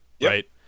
Right